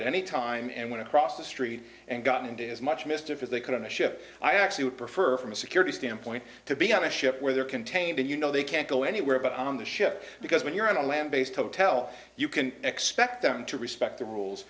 at any time and went across the street and gotten into as much mischief they could in a ship i actually would prefer from a security standpoint to be on a ship where they're contained and you know they can't go anywhere but on the ship because when you're in a land based hotel you can expect them to respect the rules